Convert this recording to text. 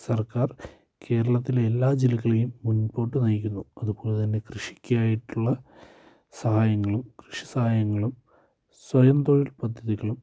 സർക്കാർ കേരളത്തിലെ എല്ലാ ജില്ലകളെയും മുൻപോട്ട് നയിക്കുന്നു അതുപോലെ തന്നെ കൃഷിക്കായിട്ടുള്ള സഹായങ്ങളും കൃഷി സഹായങ്ങളും സ്വയം തൊഴിൽ പദ്ധതികളും